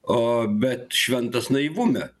o bet šventas naivume